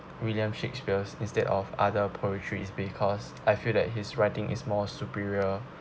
william shakespeare's instead of other poetry is because I feel that his writing is more superior